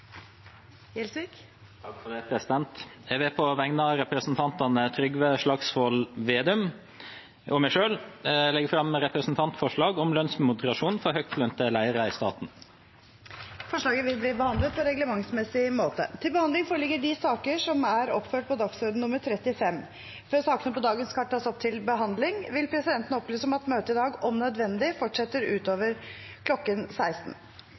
Gjelsvik vil fremsette et representantforslag. Jeg vil på vegne av representantene Trygve Slagsvold Vedum, Geir Pollestad og meg selv legge fram et representantforslag om lønnsmoderasjon for høytlønte ledere i staten. Forslaget vil bli behandlet på reglementsmessig måte. Før sakene på dagens kart tas opp til behandling, vil presidenten opplyse om at møtet i dag om nødvendig fortsetter utover kl. 16.